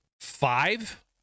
five